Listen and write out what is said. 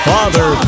Father